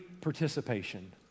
participation